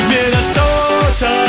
Minnesota